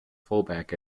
fullback